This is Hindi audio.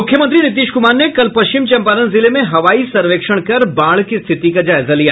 मुख्यमंत्री नीतीश कुमार ने कल पश्चिम चंपारण जिले में हवाई सर्वेक्षण कर बाढ़ की स्थिति का जायजा लिया